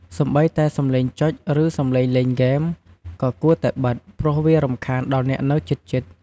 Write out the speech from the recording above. សូម្បីតែសំឡេងចុចឬសំឡេងលេងហ្គេម ក៏គួរតែបិទ ព្រោះវារំខានដល់អ្នកនៅជិតៗ។